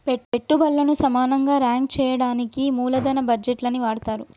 పెట్టుబల్లను సమానంగా రాంక్ చెయ్యడానికి మూలదన బడ్జేట్లని వాడతరు